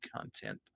content